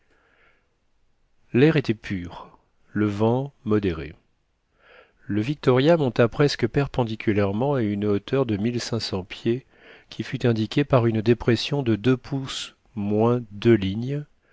l'air était pur le vent modéré le victoria monta presque perpendiculairement à une hauteur de pieds qui fut indiquée par une dépression de pouces moins lignes